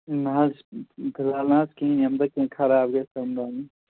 نا حظ فِلحال نہٕ حظ کِہیٖنٛۍ ییٚمہِ دۄہ کیٚنٛہہ خراب گَژھِ تَمہِ دۄہ اَنو